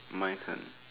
my turn